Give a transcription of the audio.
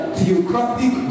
theocratic